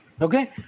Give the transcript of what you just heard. Okay